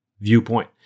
viewpoint